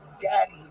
daddy